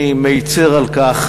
אני מצר על כך.